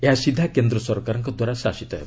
ଏହା ସିଧା କେନ୍ଦ୍ର ସରକାରଙ୍କ ଦ୍ୱାରା ଶାସିତ ହେବ